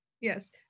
Yes